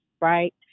right